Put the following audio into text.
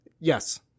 Yes